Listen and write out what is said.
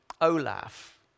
Olaf